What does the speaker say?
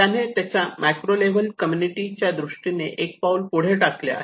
त्याने त्याच्या micro level community त्या दृष्टीने एक पाऊल पुढे टाकले आहे